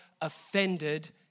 offended